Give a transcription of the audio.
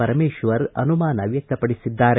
ಪರಮೇಶ್ವರ್ ಅನುಮಾನ ವ್ಯಕ್ತಪಡಿಸಿದ್ದಾರೆ